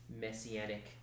messianic